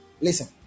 Listen